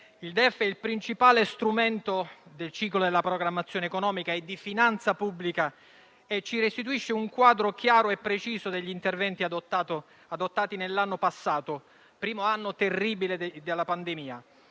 finanza è il principale strumento del ciclo della programmazione economica e di finanza pubblica e ci restituisce un quadro chiaro e preciso degli interventi adottati nell'anno passato, primo anno terribile della pandemia,